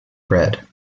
bread